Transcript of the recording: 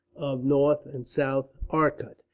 of north and south arcot,